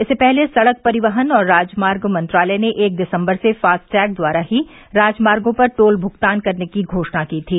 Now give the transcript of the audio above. इससे पहले सड़क परिवहन और राजमार्ग मंत्रालय ने एक दिसम्बर से फास्टैग द्वारा ही राजमार्गों पर टोल भूगतान करने की घोषणा की थी